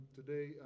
today